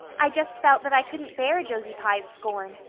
i just felt that i couldn't bear josie pye's scorn.